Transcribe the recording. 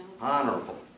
Honorable